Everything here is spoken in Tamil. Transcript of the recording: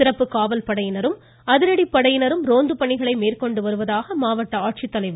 சிறப்பு காவல் படையினரும் அதிரடி படையினரும் ரோந்து பணிகளை மேற்கொண்டு வருவதாக ஆட்சித்தலைவர் திரு